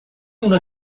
una